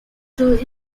through